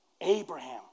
Abraham